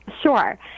Sure